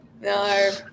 No